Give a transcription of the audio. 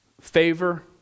favor